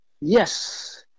yes